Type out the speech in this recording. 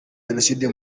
jenoside